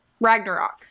Ragnarok